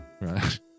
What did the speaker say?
right